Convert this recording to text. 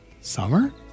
Summer